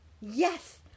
yes